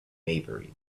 maybury